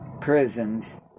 prisons